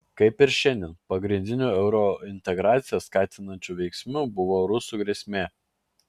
kaip ir šiandien pagrindiniu eurointegraciją skatinančiu veiksniu buvo rusų grėsmė